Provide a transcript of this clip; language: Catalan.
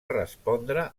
respondre